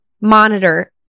monitor